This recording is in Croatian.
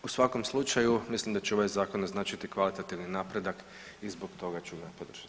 U svakom slučaju mislim da će ovaj zakon označiti kvalitativni napredak i zbog toga ću ga podržati.